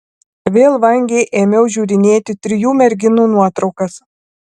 vėl vangiai ėmiau žiūrinėti trijų merginų nuotraukas